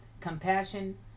compassion